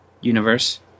universe